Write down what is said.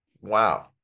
Wow